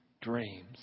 dreams